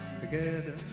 together